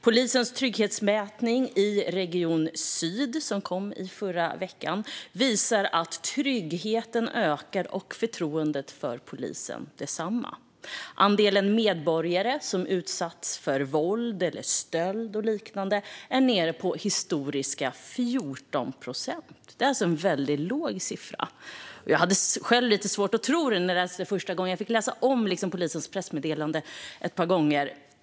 Polisens trygghetsmätning i Region Syd, som kom i förra veckan, visade att tryggheten ökar och att förtroendet för polisen gör detsamma. Andelen medborgare som utsatts för våld, stöld eller liknande är nere på historiska 14 procent - det är alltså en väldigt låg siffra. Jag hade själv lite svårt att tro det när jag läste det första gången; jag fick läsa om polisen pressmeddelande ett par gånger.